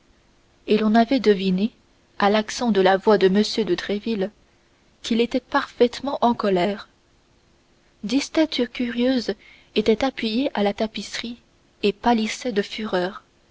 et l'on avait deviné à l'accent de la voix de m de tréville qu'il était parfaitement en colère dix têtes curieuses étaient appuyées à la tapisserie et pâlissaient de fureur